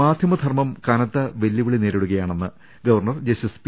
മാധ്യമ ധർമ്മം കനത്ത വെല്ലുവിളി നേരിടുകയാണെന്ന് ഗവർണർ ജസ്റ്റിസ് പി